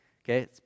Okay